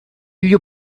you